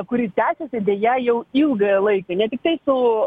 kuri tęsiasi deja jau ilgą laiką ne tiktai su